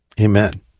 Amen